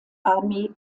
armee